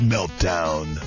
Meltdown